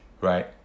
right